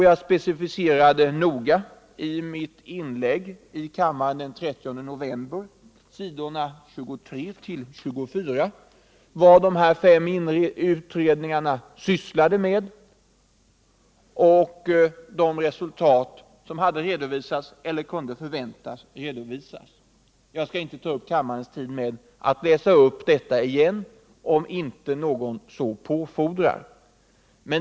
Jag specificerade noga i mitt inlägg i kammaren den 30 november förra året — s. 23 och 24 i protokollet — vad de fem utredningarna sysslade med och vilka resultat som då hade redovisats eller som kunde förväntas komma att redovisas. Jag skall därför inte ta upp kammarens tid med att nu läsa upp detta, om inte någon påfordrar det.